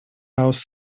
house